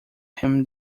him